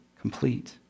complete